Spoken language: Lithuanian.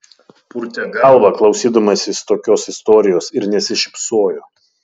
purtė galvą klausydamasis tokios istorijos ir nesišypsojo